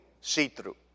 see-through